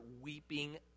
weeping